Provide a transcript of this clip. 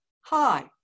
hi